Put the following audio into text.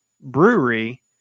brewery